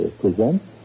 presents